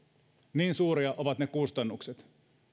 niin suuria ovat ne kustannukset